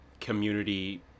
community